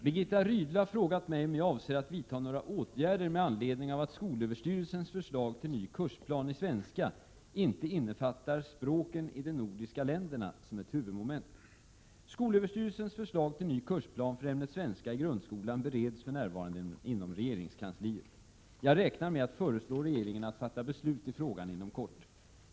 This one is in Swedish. Herr talman! Birgitta Rydle har frågat mig om jag avser att vidta några åtgärder med anledning av att skolöverstyrelsens förslag till ny kursplan i svenska ej innefattar ”Språken i de nordiska länderna” som ett huvudmoment. Skolöverstyrelsens förslag till ny kursplan för ämnet svenska i grundskolan bereds för närvarande inom regeringskansliet. Jag räknar med att föreslå regeringen att fatta beslut i frågan inom kort.